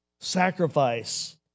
sacrifice